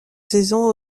saisons